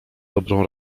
dobrą